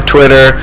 Twitter